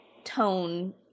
Tone